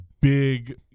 big